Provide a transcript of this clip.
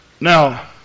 Now